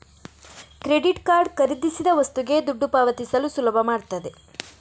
credit card ಖರೀದಿಸಿದ ವಸ್ತುಗೆ ದುಡ್ಡು ಪಾವತಿಸಲು ಸುಲಭ ಮಾಡ್ತದೆ